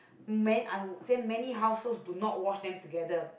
man I will say many house also do not wash them together